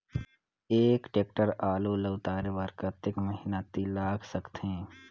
एक टेक्टर आलू ल उतारे बर कतेक मेहनती लाग सकथे?